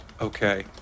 Okay